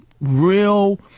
Real